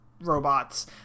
robots